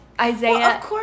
Isaiah